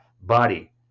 body